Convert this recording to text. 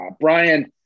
Brian